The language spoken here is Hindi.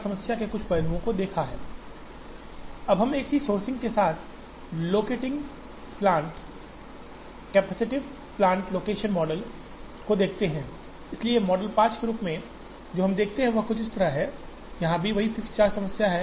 Now we look at locating plant capacitated plant location model with a single sourcing so as model 5 what we see is something like this the same fixed charge problem here अब हम एक ही सोर्सिंग के साथ locating plant capacitated plant location model को देखते हैं इसलिए मॉडल 5 के रूप में जो हम देखते हैं वह कुछ इस तरह है यहाँ भी वही फिक्स्ड चार्ज की समस्या है